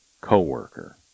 co-worker